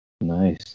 Nice